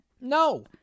No